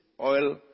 oil